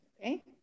Okay